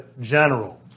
general